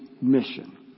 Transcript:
mission